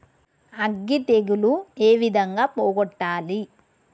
అగ్గి తెగులు ఏ విధంగా పోగొట్టాలి?